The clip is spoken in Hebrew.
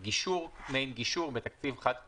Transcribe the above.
במעין גישור בתקציב חד פעמי.